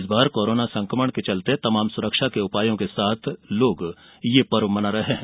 इस बार कोरोना संकमण के चलते तमाम सुरक्षा के उपायों के साथ लोग यह पर्व मना रहे हैं